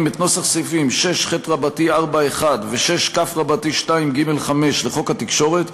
את נוסח סעיפים 6ח4(1) ו-6כ2(ג)(5) לחוק התקשורת,